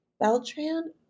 Beltran